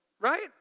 Right